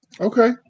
Okay